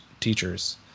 teachers